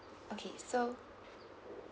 okay so